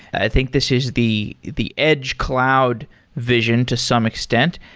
i think this is the the edge cloud vision to some extent.